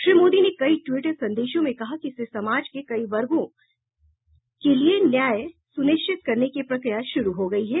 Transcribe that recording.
श्री मोदी ने कई टवीट संदेशों में कहा कि इससे समाज के सभी वर्गों के लिए न्याय सुनिश्चित करने की प्रक्रिया शुरू हो गई है